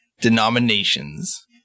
denominations